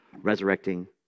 resurrecting